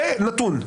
זה נתון.